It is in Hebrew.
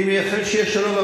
אני מייחל שיהיה שלום.